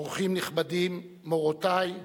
אורחים נכבדים, מורותי,